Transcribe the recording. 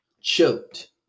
choked